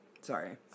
sorry